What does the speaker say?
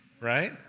Right